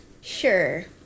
sure